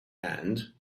and